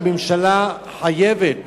והממשלה חייבת